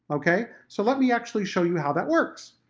okay, so let me actually show you how that works!